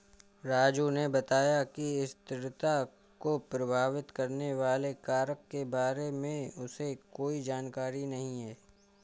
राजू ने बताया कि स्थिरता को प्रभावित करने वाले कारक के बारे में उसे कोई जानकारी नहीं है